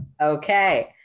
Okay